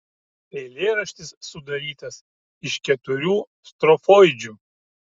eilėraštis sudarytas iš keturių strofoidžių